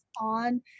on